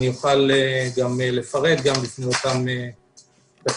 אוכל לפרט גם בפני אותם כתבים.